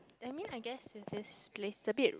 that mean I guess with this place a bit